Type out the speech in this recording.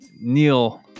neil